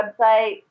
website